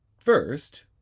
first